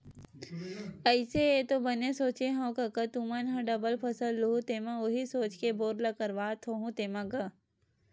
अइसे ऐ तो बने सोचे हँव कका तुमन ह डबल फसल लुहूँ तेमा उही सोच के बोर ल करवात होहू तेंमा गा?